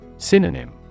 Synonym